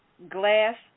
glass